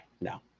no